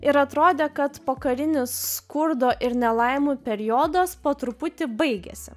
ir atrodė kad pokarinis skurdo ir nelaimių periodas po truputį baigiasi